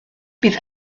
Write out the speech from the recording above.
bydd